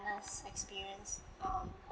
experience um